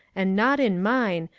and not in mine,